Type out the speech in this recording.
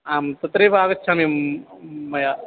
आं तत्रैव आगच्छामि मम मया